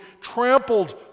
trampled